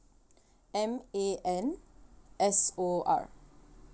M A N S O R